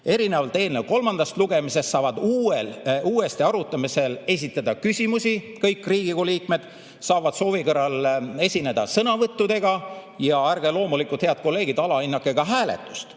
Erinevalt eelnõu kolmandast lugemisest saavad uuesti arutamisel esitada küsimusi kõik Riigikogu liikmed, nad saavad soovi korral esineda sõnavõttudega. Ja ärge loomulikult, head kolleegid, alahinnake ka hääletust.